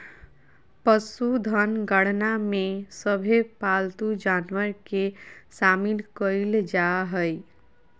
पशुधन गणना में सभे पालतू जानवर के शामिल कईल जा हइ